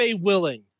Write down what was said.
willing